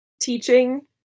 teaching